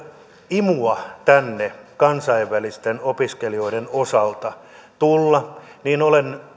imua tänne kansainvälisten opiskelijoiden osalta tulla olen